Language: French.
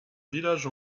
village